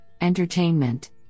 entertainment